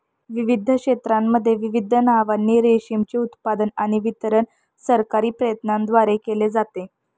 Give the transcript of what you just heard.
विविध क्षेत्रांमध्ये विविध नावांनी रेशीमचे उत्पादन आणि वितरण सरकारी प्रयत्नांद्वारे केले जाते